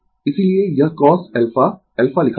इसीलिए यह cosαα लिखा जाता है